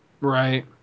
Right